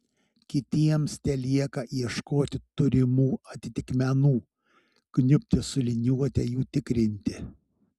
kitiems telieka ieškoti turimų atitikmenų kniubti su liniuote jų tikrinti